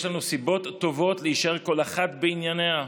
יש לנו סיבות טובות להישאר כל אחת בענייניה.